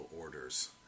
orders